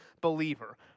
believer